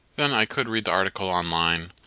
then i could read the article online.